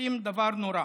עושים דבר נורא.